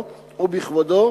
בבריאותו ובכבודו,